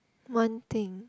one thing